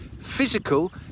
physical